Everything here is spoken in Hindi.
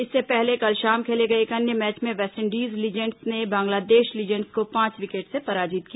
इससे पहले कल शाम खेले गए एक अन्य मैच में वेस्टइंडीज लीजेंड्स ने बांग्लादेश लीजेंड्स को पांच विकेट से पराजित किया